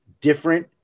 different